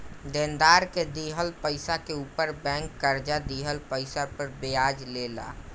देनदार के दिहल पइसा के ऊपर बैंक कर्जा दिहल पइसा पर ब्याज ले ला